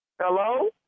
Hello